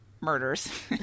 murders